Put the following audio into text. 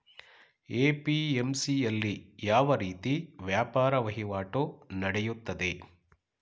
APMC ಯಲ್ಲಿ ಯಾವ ರೀತಿ ವ್ಯಾಪಾರ ವಹಿವಾಟು ನೆಡೆಯುತ್ತದೆ?